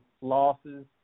losses